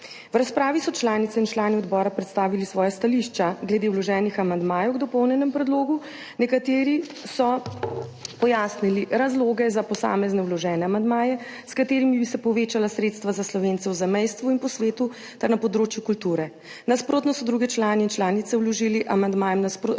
V razpravi so članice in člani odbora predstavili svoja stališča glede vloženih amandmajev k dopolnjenemu predlogu. Nekateri so pojasnili razloge za posamezne vložene amandmaje, s katerimi bi se povečala sredstva za Slovence v zamejstvu in po svetu ter na področju kulture. Nasprotno so drugi člani in članice vloženim amandmajem nasprotovali,